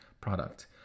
product